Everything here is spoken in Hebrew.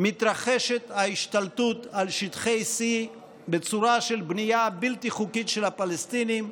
מתרחשת ההשתלטות על שטחי C בצורה של בנייה בלתי חוקית של הפלסטינים,